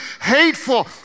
hateful